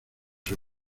sus